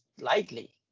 lightly